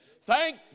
Thank